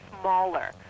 smaller